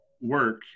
work